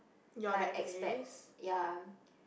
like expats ya